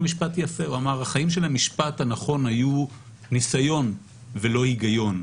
"החיים של המשפט הנכון היו ניסיון ולא היגיון".